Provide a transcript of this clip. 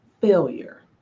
failure